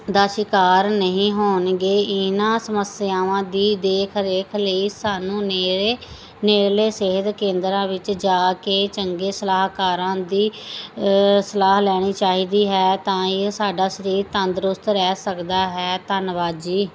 ਦਾ ਸ਼ਿਕਾਰ ਨਹੀਂ ਹੋਣਗੇ ਇਹਨਾਂ ਸਮੱਸਿਆਵਾਂ ਦੀ ਦੇਖ ਰੇਖ ਲਈ ਸਾਨੂੰ ਨੇੜੇ ਨੇੜਲੇ ਸਿਹਤ ਕੇਂਦਰਾਂ ਵਿੱਚ ਜਾ ਕੇ ਚੰਗੇ ਸਲਾਹਕਾਰਾਂ ਦੀ ਸਲਾਹ ਲੈਣੀ ਚਾਹੀਦੀ ਹੈ ਤਾਂ ਹੀ ਸਾਡਾ ਸਰੀਰ ਤੰਦਰੁਸਤ ਰਹਿ ਸਕਦਾ ਹੈ ਧੰਨਵਾਦ ਜੀ